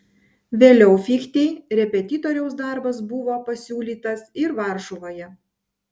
vėliau fichtei repetitoriaus darbas buvo pasiūlytas ir varšuvoje